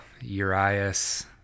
Urias